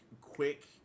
quick